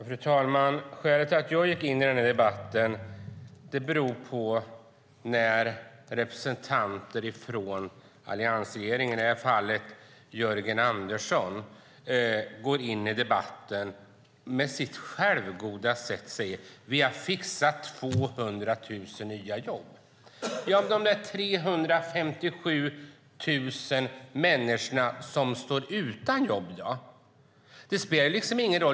Fru talman! Skälet till att jag går in i debatten är att en representant för Alliansen, Jörgen Andersson, på sitt självgoda sätt sade: Vi har fixat 200 000 nya jobb. Men det är ju 357 000 människor som står utan jobb.